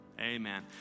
Amen